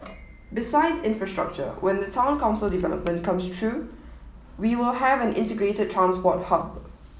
besides infrastructure when the Town Council development comes through we will have an integrated transport hub